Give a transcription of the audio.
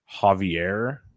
Javier